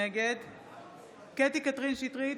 נגד קטי קטרין שטרית,